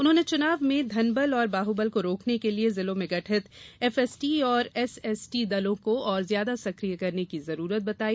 उन्होंने चुनाव में धनबल और बाहुबल को रोकने के लिए जिलों में गठित एफएसटी और एसएसटी दलों को और ज्यादा सक्रिय करने की जरूरत बताई